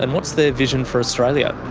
and what's their vision for australia?